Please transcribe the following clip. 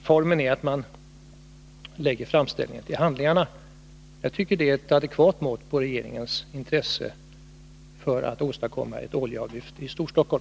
Formen är att man lägger framställningen till handlingarna. Jag tycker det är ett adekvat mått på regeringens intresse av att åstadkomma ett oljeavlyft i Storstockholm.